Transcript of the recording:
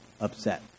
upset